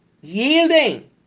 yielding